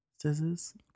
Scissors